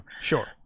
sure